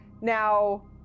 Now